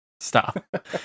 Stop